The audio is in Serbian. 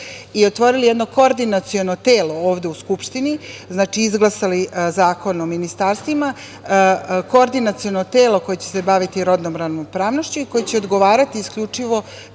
i otvorili jedno koordinaciono telo ovde u Skupštini, znači, izglasali Zakon o ministarstvima, Koordinaciono telo koje će se baviti rodnom ravnopravnošću i koje će odgovarati isključivo